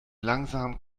langsamen